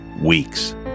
weeks